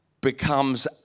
becomes